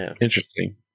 interesting